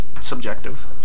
subjective